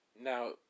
Now